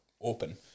open